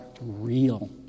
real